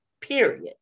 period